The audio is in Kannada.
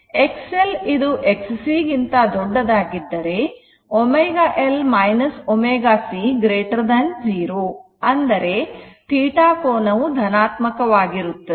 XL ಇದು Xc ಗಿಂತ ದೊಡ್ಡದಾಗಿದ್ದರೆω L ω c0 ಅಂದರೆ θ ಕೋನವು ಧನಾತ್ಮಕವಾಗಿರುತ್ತದೆ